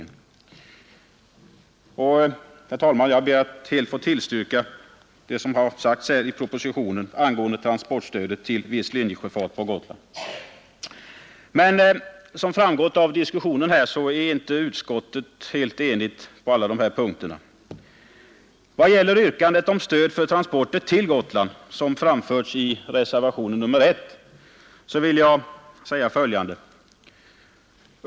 Jag ber, herr talman, att helt få tillstyrka propositionen angående transportstöd vid viss linjesjöfart från Gotland. Men som här har framgått är inte utskottet enigt på alla dessa punkter. Vad gäller yrkandet om stöd för transporter till Gotland, som framförts i reservationen 1, vill jag anföra följande.